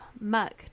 muck